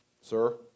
Sir